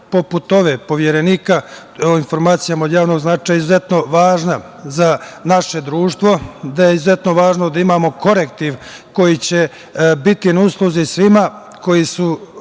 poput ove, Poverenika o informacijama od javnog značaja izuzetno važna za naše društvo, da je izuzetno važno da imamo korektiv koji će biti na usluzi svima koji su